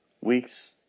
weeks